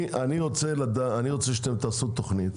אני רוצה שאתם תעשו תוכנית.